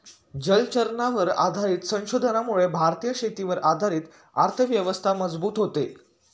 जलचरांवर आधारित संशोधनामुळे भारतीय शेतीवर आधारित अर्थव्यवस्था मजबूत होते